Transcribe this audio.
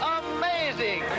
amazing